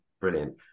Brilliant